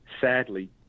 Sadly